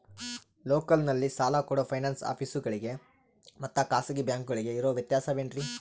ಲೋಕಲ್ನಲ್ಲಿ ಸಾಲ ಕೊಡೋ ಫೈನಾನ್ಸ್ ಆಫೇಸುಗಳಿಗೆ ಮತ್ತಾ ಖಾಸಗಿ ಬ್ಯಾಂಕುಗಳಿಗೆ ಇರೋ ವ್ಯತ್ಯಾಸವೇನ್ರಿ?